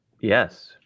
Yes